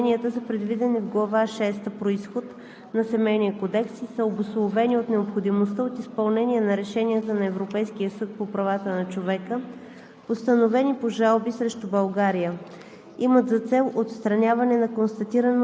за доказване на бащинство и оспорване на припознаването. Измененията и допълненията са предвидени в глава шеста „Произход“ на Семейния кодекс и са обусловени от необходимостта от изпълнение на решенията на Европейския съд по правата на човека,